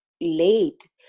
late